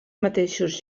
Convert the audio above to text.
mateixos